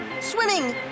swimming